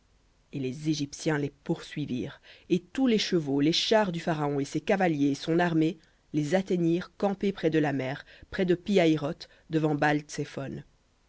et les égyptiens les poursuivirent et tous les chevaux les chars du pharaon et ses cavaliers et son armée les atteignirent campés près de la mer près de pi hahiroth devant baal tsephon et le